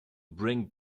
bring